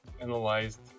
analyzed